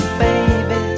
baby